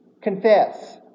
confess